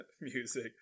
music